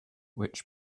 which